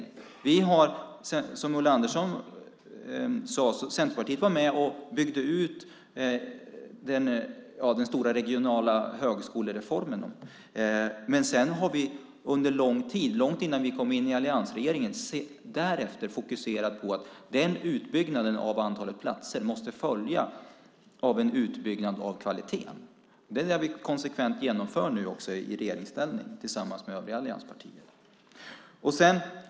Centerpartiet var, som Ulla Andersson sade, med och byggde ut den stora regionala högskolereformen, men vi har under lång tid, långt innan vi kom in i alliansregeringen, därefter fokuserat på att utbyggnaden av antalet platser måste följa en utbyggnad av kvaliteten. Det genomför vi nu konsekvent i regeringsställning tillsammans med övriga allianspartier.